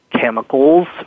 chemicals